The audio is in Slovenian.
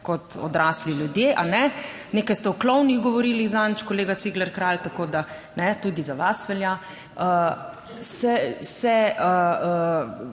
kot odrasli ljudje, a ne. Nekaj ste o klovnih govorili zadnjič, kolega Cigler Kralj, tako da, ne, tudi za vas velja. Se, smo